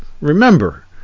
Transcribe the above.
remember